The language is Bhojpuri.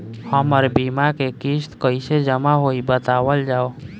हमर बीमा के किस्त कइसे जमा होई बतावल जाओ?